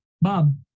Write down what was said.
Bob